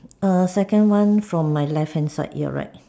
err second one from my left hand side ya right